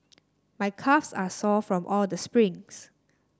my calves are sore from all the sprints